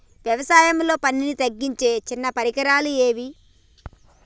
వ్యవసాయంలో పనిని తగ్గించే చిన్న పరికరాలు ఏవి?